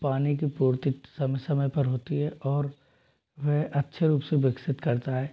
पानी की पूर्ति तो समय पर होती है और वह अच्छे रूप से विकसित करता है